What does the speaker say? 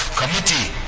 committee